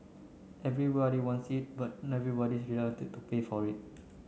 everybody wants it but everybody's to pay for it